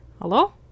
Hello